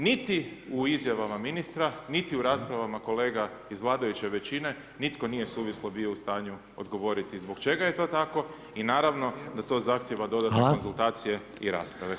Niti u izjavama ministra niti u raspravama kolega iz vladajuće većine, nitko nije suvislo bio u stanju odgovoriti zbog čega je to tako i naravno da to zahtjeva dodatne konzultacije i rasprave.